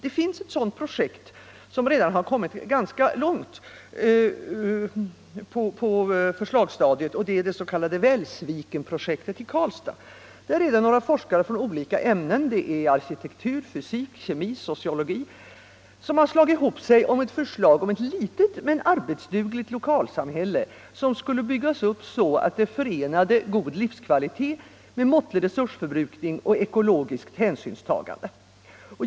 Ett sådant projekt finns som redan har kommit ganska långt på förslagsstadiet, nämligen det s.k. Välsvikenprojektet i Karlstad. Där har några forskare från olika ämnesområden —- arkitektur, fysik, kemi, sociologi — slagit sig ihop om ett förslag till ett litet men arbetsdugligt lokalsamhälle, som skulle byggas upp så att det förenade god livskvalitet med måttlig resursförbrukning och ekologiskt hänsynstagande.